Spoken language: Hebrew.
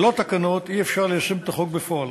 ללא תקנות אי-אפשר ליישם את החוק בפועל.